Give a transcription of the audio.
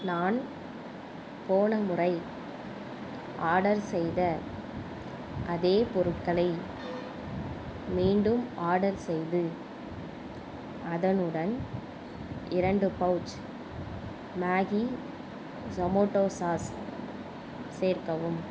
நான் போன முறை ஆர்டர் செய்த அதே பொருட்களை மீண்டும் ஆர்டர் செய்து அதனுடன் இரண்டு பவுச் மேகி ஜோமேட்டோ சாஸ் சேர்க்கவும்